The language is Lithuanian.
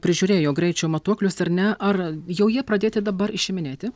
prižiūrėjo greičio matuoklius ar ne ar jau jie pradėti dabar išiminėti